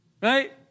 right